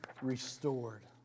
restored